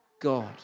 God